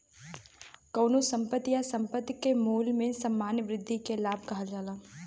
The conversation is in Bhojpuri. कउनो संपत्ति या संपत्ति के मूल्य में सामान्य वृद्धि के लाभ कहल जाला